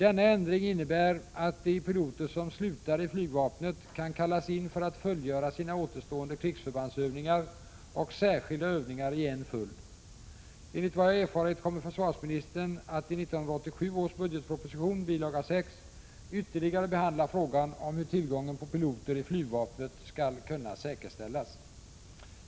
Denna ändring innebär att de piloter som slutar i flygvapnet kan kallas in för att fullgöra sina återstående krigsförbandsövningar och särskilda övningar i en följd. Enligt vad jag har erfarit kommer försvarsministern att i 1987 års budgetproposition, bil. 6, ytterligare behandla frågan om hur tillgången på piloter i flygvapnet skall kunna säkerställas.